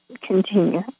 continue